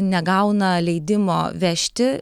negauna leidimo vežti